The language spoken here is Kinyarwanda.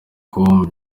com